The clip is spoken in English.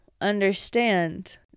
understand